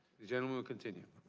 the gentleman will continue,